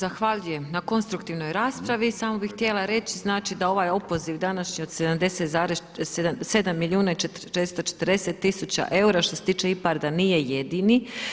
Evo zahvaljujem na konstruktivnoj raspravi, samo bi htjela reći da ovaj opoziv današnji od 7 milijuna i 440 000 eura što se tiče IPARD-a, nije jedini.